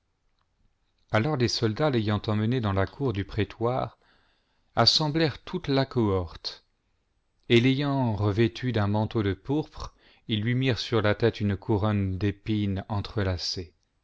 alors les soldats l'ayant emmené dans la cour du prétoire assemblèrent toute la cohorte et tayant revêtu d'un manteau de pourpre ils lui mirent sur la tête une coui'onne d épines entrelacées